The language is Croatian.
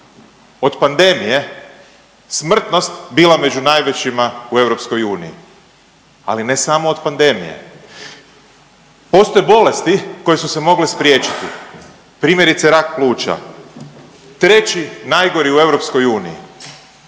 od pandemija smrtnost bila među najvećima u EU. Ali ne samo od pandemije. Postoje bolesti koje su se mogle spriječiti. Primjerice, rak pluća. 3. najgori u EU.